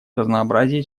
разнообразие